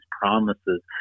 promises